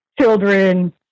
children